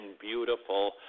beautiful